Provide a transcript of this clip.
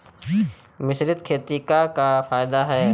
मिश्रित खेती क का फायदा ह?